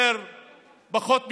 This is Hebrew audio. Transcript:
פחות משבועיים,